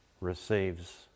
receives